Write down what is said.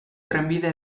trenbide